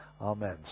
Amen